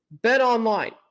BetOnline